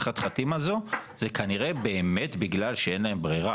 החתחתים הזו זה כנראה באמת בגלל שאין להם ברירה,